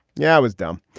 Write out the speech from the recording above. yeah, i was dumb.